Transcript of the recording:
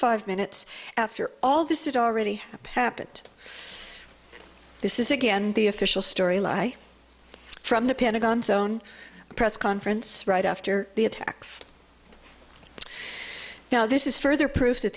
five minutes after all this is already happened this is again the official story lie from the pentagon's own press conference right after the attacks now this is further proof that